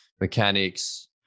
mechanics